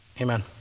Amen